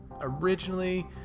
originally